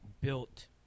built